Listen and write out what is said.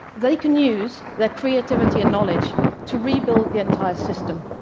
they can use their creativity and knowledge to rebuild the entire system,